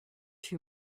too